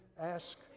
ask